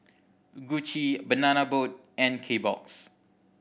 Gucci Banana Boat and Kbox